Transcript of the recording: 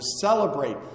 celebrate